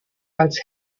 als